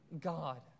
God